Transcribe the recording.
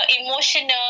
emotional